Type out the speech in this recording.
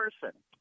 person